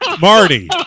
Marty